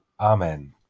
Amen